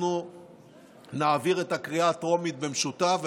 אנחנו נעביר את הקריאה הטרומית במשותף,